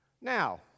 Now